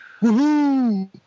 Woohoo